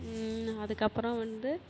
அதுக்கப்புறம் வந்து